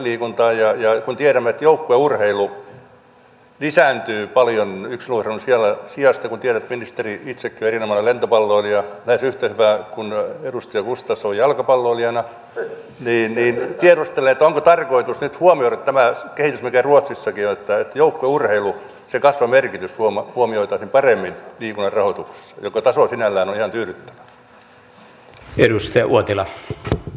kun tiedämme että joukkueurheilu lisääntyy paljon yksilöurheilun sijasta kuten tiedätte ministeri itsekin on erinomainen lentopalloilija lähes yhtä hyvä kuin edustaja gustafsson jalkapalloilijana niin tiedustelen onko tarkoitus nyt huomioida tämä kehitys mikä ruotsissakin on että joukkueurheilun kasvun merkitys huomioitaisiin paremmin liikunnan rahoituksessa jonka taso sinällään on ihan tyydyttävä